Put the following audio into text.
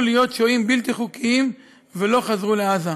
להיות שוהים בלתי חוקיים ולא חזרו לעזה.